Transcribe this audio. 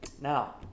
Now